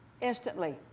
instantly